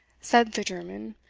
said the german,